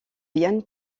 yann